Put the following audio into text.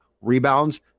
rebounds